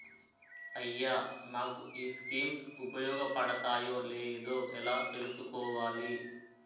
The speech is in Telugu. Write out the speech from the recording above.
అయ్యా నాకు ఈ స్కీమ్స్ ఉపయోగ పడతయో లేదో ఎలా తులుసుకోవాలి?